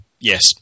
Yes